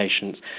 patients